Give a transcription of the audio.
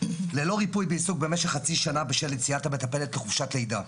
ללא ריפוי בעיסוק למשך חצי שנה בשל היציאה של המטפלת לחופשת לידה.